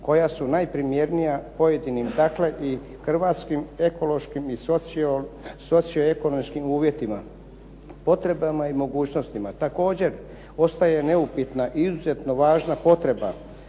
koja su najprimjerenija pojedinim, dakle i hrvatskim ekološkim i socioekonomskim uvjetima, potrebama i mogućnostima. Također, ostaje neupitna izuzetno važna potreba